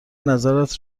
نظرت